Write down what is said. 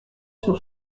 sur